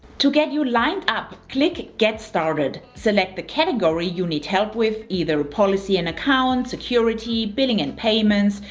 to get you lined up, click get started. select the category you need help with either ah policy and account security, billing and payments,